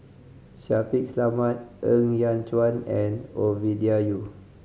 Shaffiq Selamat Ng Yat Chuan and Ovidia Yu